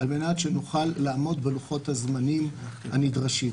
על מנת שנוכל לעמוד בלוחות הזמנים הנדרשים.